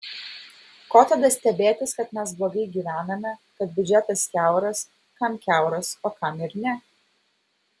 ko tada stebėtis kad mes blogai gyvename kad biudžetas kiauras kam kiauras o kam ir ne